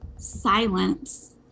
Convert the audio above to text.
silence